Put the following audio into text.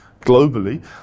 globally